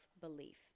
belief